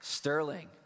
Sterling